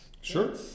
Sure